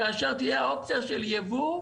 כאשר תהיה האופציה של ייבוא,